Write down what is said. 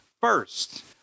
first